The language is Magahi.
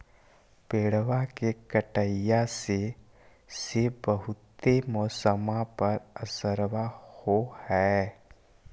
पेड़बा के कटईया से से बहुते मौसमा पर असरबा हो है?